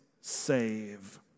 save